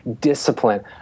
discipline